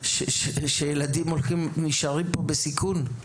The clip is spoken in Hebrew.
שילדים נשארים פה בסיכון.